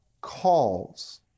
calls